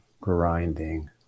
grinding